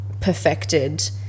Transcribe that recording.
perfected